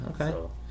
Okay